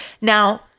Now